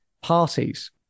parties